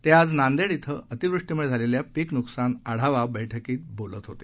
ते आज नांदेड इथं अतिवृष्टीमूळे झालेल्या पिक नुकसान आढावा बैठकीत बोलत होते